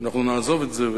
אנחנו נעזוב את זה.